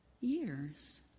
years